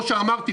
כמו שאמרתי,